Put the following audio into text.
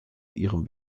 ihrem